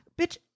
Bitch